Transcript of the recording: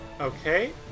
Okay